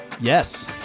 Yes